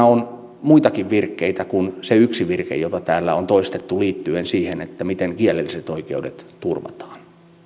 on muitakin virkkeitä kuin se yksi virke jota täällä on toistettu liittyen siihen miten kielelliset oikeudet turvataan